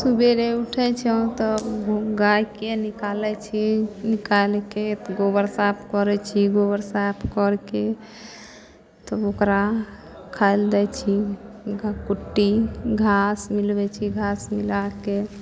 सबेरे उठै छी तऽ गाइके निकालै छी निकालिके गोबर साफ करै छी गोबर साफ करिके तब ओकरा खाइलए दै छी ओकरा कुट्टी घास मिलबै छी घास मिलाकऽ